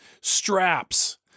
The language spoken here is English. straps